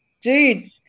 dude